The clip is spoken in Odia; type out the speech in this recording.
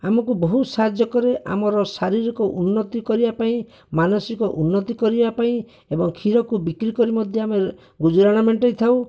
ଆମକୁ ବହୁତ ସାହାଯ୍ୟ କରେ ଆମର ଶାରୀରିକ ଉନ୍ନତି କରିବାପାଇଁ ମାନସିକ ଉନ୍ନତି କରିବାପାଇଁ ଏବଂ କ୍ଷୀରକୁ ବିକ୍ରି କରି ମଧ୍ୟ ଆମେ ଗୁଜୁରାଣ ମେଣ୍ଟେଇଥାଉ